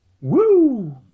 Woo